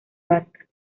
vasca